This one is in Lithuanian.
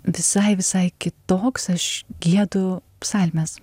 visai visai kitoks aš giedu psalmes